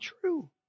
true